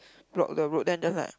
block the road then just like